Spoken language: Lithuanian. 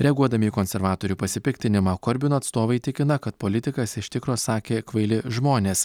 reaguodami į konservatorių pasipiktinimą korbino atstovai tikina kad politikas iš tikro sakė kvaili žmonės